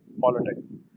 politics